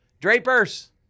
Drapers